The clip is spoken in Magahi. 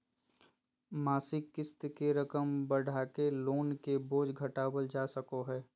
मासिक क़िस्त के रकम बढ़ाके लोन के बोझ घटावल जा सको हय